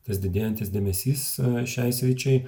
tas didėjantis dėmesys šiai sričiai